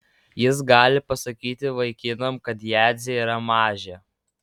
jis gali pasakyti vaikinam kad jadzė yra mažė